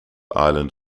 island